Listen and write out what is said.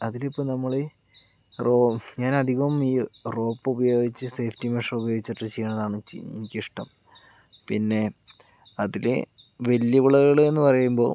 അതിലിപ്പോൾ നമ്മൾ ഞാൻ അധികവും ഈ റോപ്പ് ഉപയോഗിച്ചു സേഫ്റ്റി മെഷർ ഉപയോഗിച്ചിട്ട് ചെയ്യണതാണ് എനിക്കിഷ്ടം പിന്നെ അതില് വെല്ലുവിളികളെന്ന് പറയുമ്പോൾ